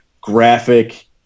graphic